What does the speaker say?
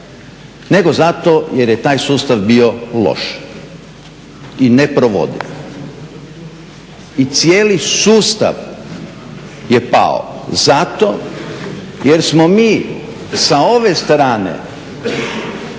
nego zato jer je taj sustav bio loš i neprovodiv. I cijeli sustav je pao zato jer smo mi sa ove strane